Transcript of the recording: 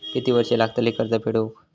किती वर्षे लागतली कर्ज फेड होऊक?